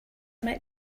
might